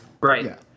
right